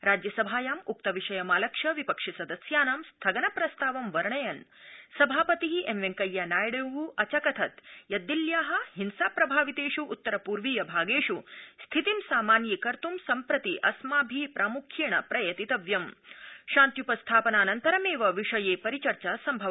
राज्यसभायां उक्त विषयमालक्ष्य विपक्षि सदस्यानां स्थगन प्रस्तावं वर्णयन् सभापति एम् वेंकैया नायडू अचकथत् यत् दिल्या हिंसा प्रभावितेष् उत्तर पूर्वीय भागेष् स्थितिं समान्यीकर्त् अस्माभि प्रामुख्येण प्रयतितव्यम् शान्त्यूपस्थापनानन्तरमेव विषये परिचर्चा सम्भवा